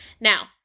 Now